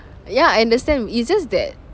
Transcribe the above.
ya understand it's just that